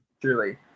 Truly